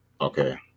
Okay